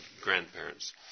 grandparents